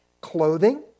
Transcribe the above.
clothing